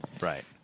Right